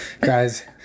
guys